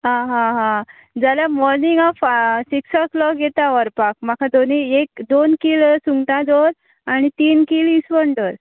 आं हां हां जाल्यार मोर्निंग ऑफ सिक्स क्लॉक येता व्हरपाक म्हाका दोनी एक दोन किल सुंगटां दवर आनी तीन किल इसवण दवर